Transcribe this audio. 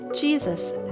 Jesus